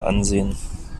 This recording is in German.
ansehen